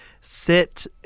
sit